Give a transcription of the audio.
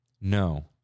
No